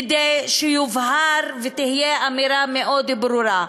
כדי שיובהר ותהיה אמירה מאוד ברורה,